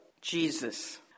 Jesus